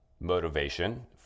motivation